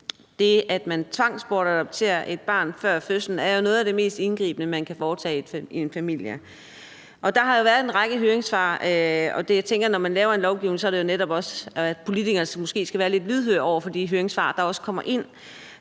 Det, at man tvangsbortadopterer et barn før fødslen, er jo noget af det mest indgribende, man kan foretage i en familie, og der har været en række høringssvar. Og det, jeg tænker, er, at når man laver en lovgivning, er det netop også der, politikerne måske skal være lidt lydhøre over for de høringssvar, der også kommer ind.